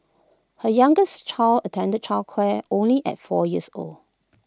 her youngest child attended childcare only at four years old